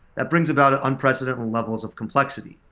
that brings about an unprecedented levels of complexity.